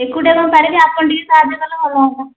ଏକୁଟିଆ କ'ଣ ମୁଁ ପାରିବି ଆପଣ ଟିକେ ସାହାଯ୍ୟ କଲେ ଭଲ ହୁଅନ୍ତା